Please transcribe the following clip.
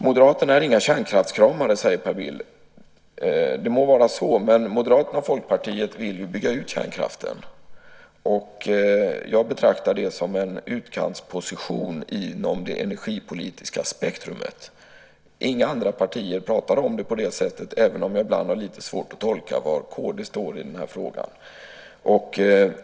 Moderaterna är inga kärnkraftskramare, säger Per Bill. Det må vara så, men Moderaterna och Folkpartiet vill ju bygga ut kärnkraften. Jag betraktar det som en utkantsposition inom det energipolitiska spektrumet. Inga andra partier pratar om det på det sättet, även om jag ibland har lite svårt att tolka var kd står i den här frågan.